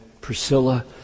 Priscilla